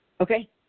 Okay